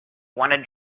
wanted